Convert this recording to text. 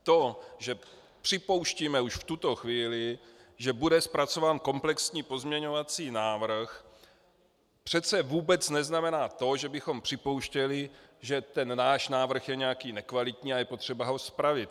To, že připouštíme už v tuto chvíli, že bude zpracován komplexní pozměňovací návrh, přece vůbec neznamená to, že bychom připouštěli, že náš návrh je nějaký nekvalitní a je potřeba ho spravit.